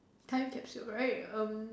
time capsule right um